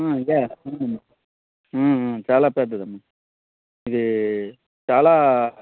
ఇదే చాలా పెద్దది ఇది చాలా